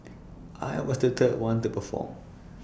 I was the third one to perform